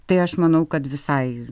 tai aš manau kad visai